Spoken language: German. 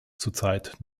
zurzeit